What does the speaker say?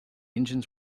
engines